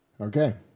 Okay